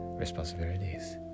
Responsibilities